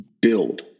build